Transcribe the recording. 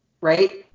right